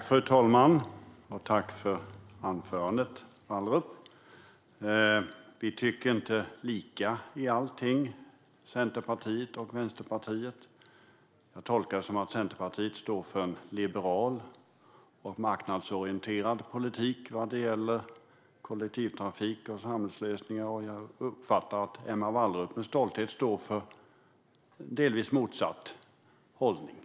Fru talman! Tack för anförandet, Wallrup! Vi tycker inte lika i allting, Centerpartiet och Vänsterpartiet. Jag tolkar det som att Centerpartiet står för en liberal och marknadsorienterad politik när det gäller kollektivtrafik och samhällslösningar, och jag uppfattar att Emma Wallrup med stolthet står för delvis motsatt hållning.